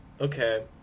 okay